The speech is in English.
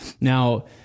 Now